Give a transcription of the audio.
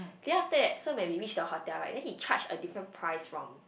then after that so when we reach the hotel right then he charge a different price from